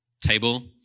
table